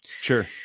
Sure